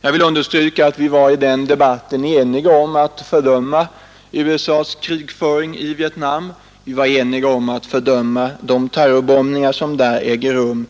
Jag vill emellertid understryka att vi i den debatten var eniga om att fördöma USA:s krigföring i Vietnam, vi var eniga om att t.ex. fördöma de terrorbombningar som där äger rum.